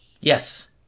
Yes